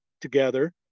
together